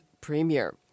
premier